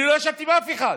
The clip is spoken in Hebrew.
אני לא ישבתי עם אף אחד,